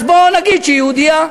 אז בואו נגיד שהיא יהודייה.